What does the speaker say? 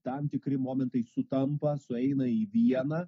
tam tikri momentai sutampa sueina į vieną